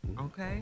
Okay